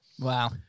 Wow